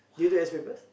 that you do S papers